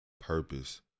purpose